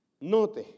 Note